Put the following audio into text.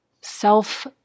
self